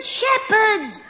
shepherds